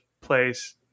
place